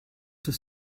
das